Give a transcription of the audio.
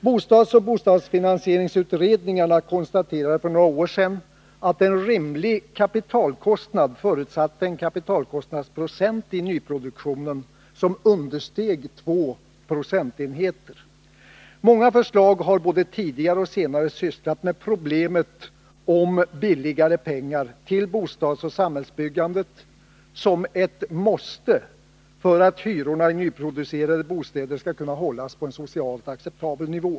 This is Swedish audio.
Boendekostnadsoch bostadsfinansieringsutredningarna konstaterade för några år sedan att en rimlig kapitalkostnad förutsatte en kapitalkostnadsprocent i nyproduktionen som understeg två procentenheter. Många förslag har både tidigare och senare gått ut på att billigare pengar till bostadsoch samhällsbyggandet är ett måste för att hyrorna i nyproducerade bostäder skall kunna hållas på en socialt acceptabel nivå.